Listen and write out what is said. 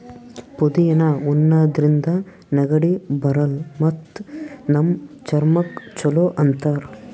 ಪುದಿನಾ ಉಣಾದ್ರಿನ್ದ ನೆಗಡಿ ಬರಲ್ಲ್ ಮತ್ತ್ ನಮ್ ಚರ್ಮಕ್ಕ್ ಛಲೋ ಅಂತಾರ್